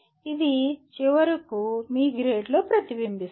ఇది చివరకు మీ గ్రేడ్లో ప్రతిబింబిస్తుంది